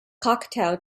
cocteau